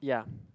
ya